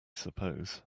suppose